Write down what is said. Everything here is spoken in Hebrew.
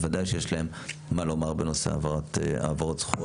בוודאי שיש להם מה לומר בנושא העברות סחורה.